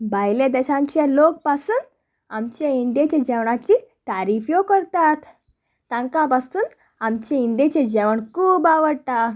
भायले देशांचे लोक पासून आमचे इंंडियेचे जेवणाची तारीफ्यो करतात तांकां पासून आमचें इंंडियेचे जेवण खूब आवडटा